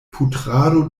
putrado